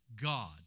God